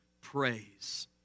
praise